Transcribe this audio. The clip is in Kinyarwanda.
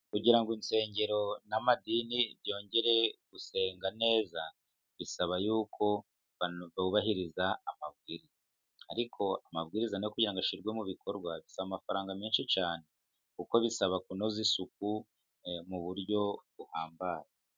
Kugira ngo insengero n'amadini byongere gusenga neza, bisaba y'uko abantu bubahiriza amabwiriza, ariko amabwiriza kugira ngo ashyirwe mu bikorwa bisaba amafaranga menshi cyane, kuko bisaba kunoza isuku mu buryo buhambaye.